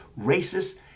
racist